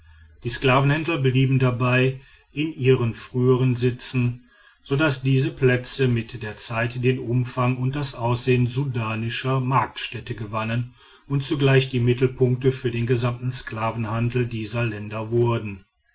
die sklavenhändler blieben dabei in ihren frühern sitzen so daß diese plätze mit der zeit den umfang und das aussehen sudanischer marktstädte gewannen und zugleich die mittelpunkte für den gesamten sklavenhandel dieser länder wurden